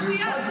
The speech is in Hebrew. רק שנייה.